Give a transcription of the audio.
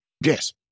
Yes